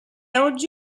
oggi